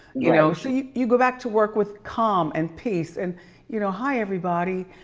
you know, so you you go back to work with calm and peace and you know, hi everybody.